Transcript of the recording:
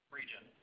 region